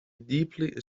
deeply